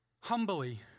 Humbly